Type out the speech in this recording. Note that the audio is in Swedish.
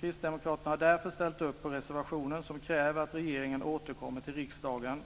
Kristdemokraterna har därför ställt upp på reservationen som kräver att regeringen återkommer till riksdagen